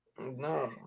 No